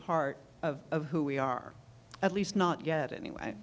part of who we are at least not yet anyway